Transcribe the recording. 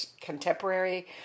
contemporary